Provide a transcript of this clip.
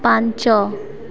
ପାଞ୍ଚ